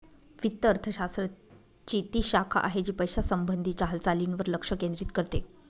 वित्त अर्थशास्त्र ची ती शाखा आहे, जी पैशासंबंधी च्या हालचालींवर लक्ष केंद्रित करते